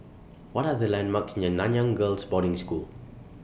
What Are The landmarks near Nanyang Girls' Boarding School